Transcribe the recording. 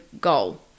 goal